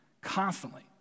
constantly